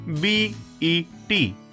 B-E-T